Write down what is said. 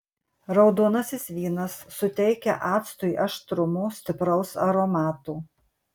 raudonasis vynas suteikia actui aštrumo stipraus aromato